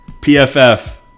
PFF